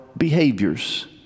behaviors